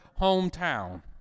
hometown